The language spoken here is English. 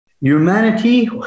Humanity